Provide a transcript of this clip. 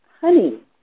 honey